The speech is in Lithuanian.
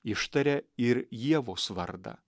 ištaria ir ievos vardą